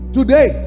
today